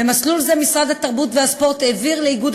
במסלול זה משרד התרבות והספורט העביר לאיגוד